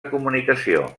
comunicació